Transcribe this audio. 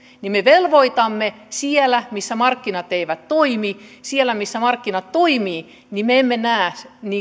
me velvoitamme siellä missä markkinat eivät toimi siellä missä markkinat toimivat me emme näe